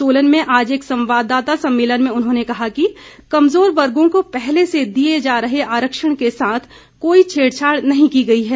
सोलन में आज एक संवाददाता सम्मेलन में उन्होंने कहा कि कमज़ोर वर्गों को पहले से दिए जा रहे आरक्षण के साथ कोई छेड़छाड़ नहीं की गई है